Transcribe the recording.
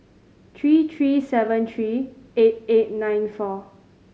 three three seven three eight eight nine four